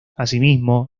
asimismo